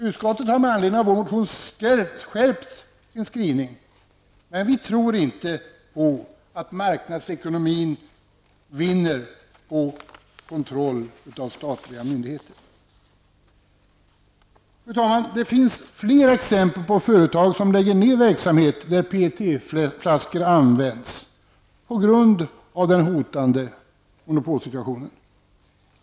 Utskottet har med anledning av vår motion skärpt sina skrivningar, men vi tror inte på att marknadsekonomin vinner på kontroll av statliga myndigheter. Fru talman! Det finns flera exempel på företag som lägger ned verksamhet där PET-flaskor används, på grund av den hotande monopolsituationen.